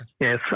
Yes